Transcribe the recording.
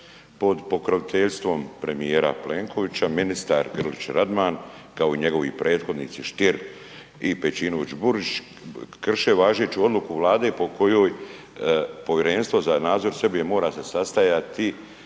pod pokroviteljstvom premijera Plenkovića ministar Grlić-Radman, kao i njegovi prethodnici Stier i Pejčinović-Burić krše važeću odluku Vlade po kojoj povjerenstvo za nadzor Srbije mora se sastajati